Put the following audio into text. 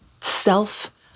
self